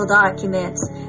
documents